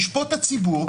ישפוט הציבור,